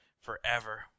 forever